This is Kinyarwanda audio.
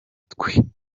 twe